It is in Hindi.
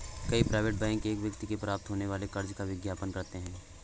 कई प्राइवेट बैंक एक व्यक्ति को प्राप्त होने वाले कर्ज का विज्ञापन करते हैं